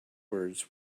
words